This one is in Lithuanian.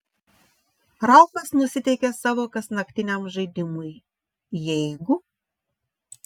ralfas nusiteikė savo kasnaktiniam žaidimui jeigu